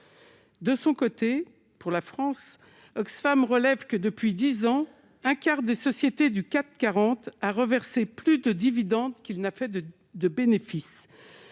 de son côté pour la France, Oxfam relève que, depuis 10 ans, un quart des sociétés du CAC 40 a reversé plus de dividendes qu'il n'a fait de de bénéfices,